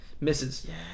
Misses